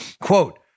Quote